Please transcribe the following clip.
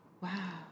wow